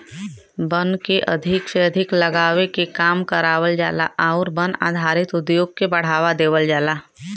वन के अधिक से अधिक लगावे के काम करावल जाला आउर वन आधारित उद्योग के बढ़ावा देवल जाला